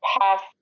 past